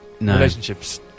relationships